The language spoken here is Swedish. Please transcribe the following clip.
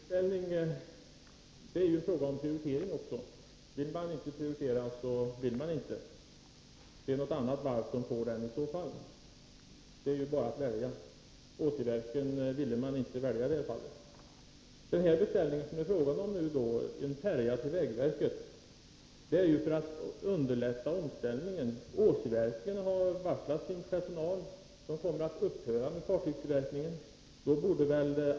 Herr talman! En rådrumsbeställning är också en fråga om prioritering. Vill man inte ge Åsiverken denna beställning så vill man inte — då är det något annat varv som får den. Det är bara att välja — och i detta fall ville man inte välja Åsiverken. Den beställning som det nu är fråga om — en färja till vägverket — skulle Åsiverken behöva för att underlätta omställningen. Åsiverken har varslat sin personal och kommer att upphöra med fartygstillverkning.